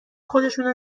خودشونو